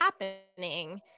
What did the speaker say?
happening